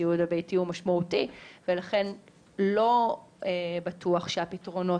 בסיעוד הביתי הוא משמעותי ולכן לא בטוח שהפתרונות,